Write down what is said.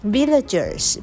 Villagers